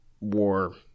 war